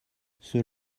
ceux